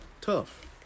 Tough